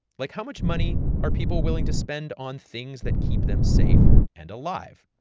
like, how much money are people willing to spend on things that keep them safe and alive?